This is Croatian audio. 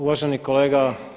Uvaženi kolega